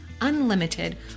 unlimited